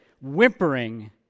whimpering